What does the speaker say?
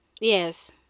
Yes